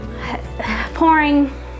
pouring